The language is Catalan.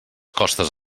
costes